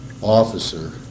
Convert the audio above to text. officer